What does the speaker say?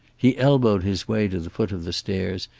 he elbowed his way to the foot of the stairs,